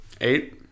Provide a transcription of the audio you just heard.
Eight